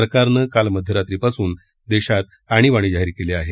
सरकारन काल मध्यरात्रीपासुन देशात आणीबाणी जाहीर केली आहे